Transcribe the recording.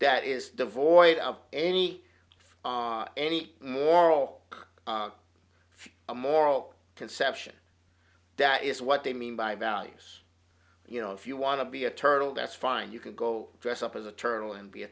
that is devoid of any any moral a moral conception that is what they mean by values you know if you want to be a turtle that's fine you can go dress up as a turtle and be a